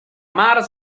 març